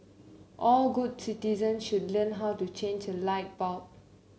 all good citizens should learn how to change a light bulb